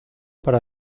para